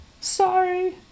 Sorry